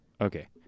Okay